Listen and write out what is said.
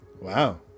wow